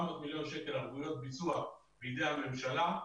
מיליון שקל ערבויות ביצוע בידי הממשלה,